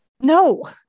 No